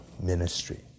ministry